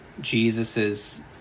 Jesus's